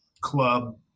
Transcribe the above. club